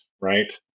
right